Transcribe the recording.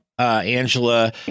Angela